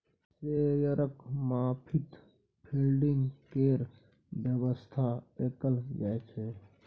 शेयरक मार्फत फडिंग केर बेबस्था कएल जाइ छै